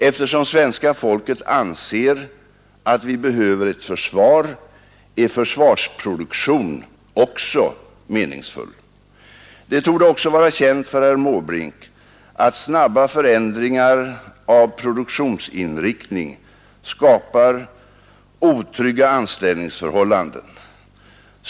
Eftersom svenska folket anser att vi behöver ett försvar är försvarsproduktion också meningsfull. Det torde också vara känt för herr Måbrink att snabba förändringar av produktionsinriktning skapar otrygga anställningsförhållanden.